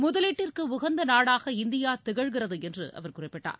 முதலீட்டிற்கு உகந்த நாடாக இந்தியா திகழ்கிறது என்று அவர் குறிப்பிட்டார்